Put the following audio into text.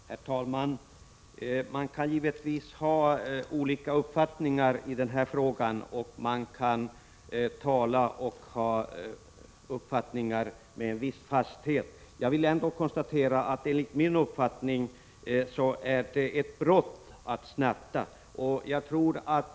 Herr talman! Man kan givetvis ha olika uppfattningar i den här frågan och man kan tala för dem med en viss fasthet. Jag vill ändå konstatera att det enligt min uppfattning är ett brott att snatta.